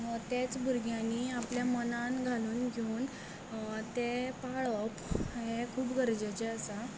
तेंच भुरग्यांनी आपल्या मनान घालून घेवन तें पाळप हें खूब गरजेचें आसा